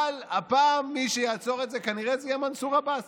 אבל הפעם מי שיעצור את זה כנראה יהיה מנסור עבאס,